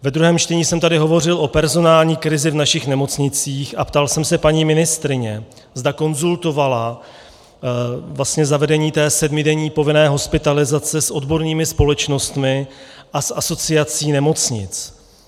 Ve druhém čtení jsem tady hovořil o personální krizi v našich nemocnicích a ptal jsem se paní ministryně, zda konzultovala zavedení sedmidenní povinné hospitalizace s odbornými společnostmi a s Asociací nemocnic.